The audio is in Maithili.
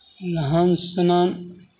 नहान सुनान